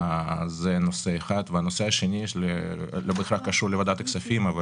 הנושא השני לא בהכרח קשור לוועדת הכספים אבל